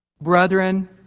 Brethren